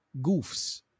goofs